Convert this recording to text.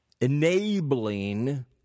enabling